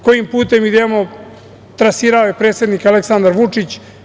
Kojim putem idemo trasirao je predsednik Aleksandar Vučić.